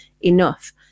enough